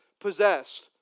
possessed